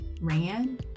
ran